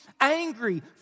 angry